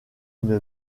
une